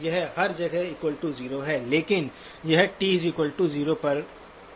यह हर जगह 0 है लेकिन यह t 0 पर भी अपरिभाषित है